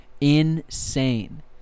insane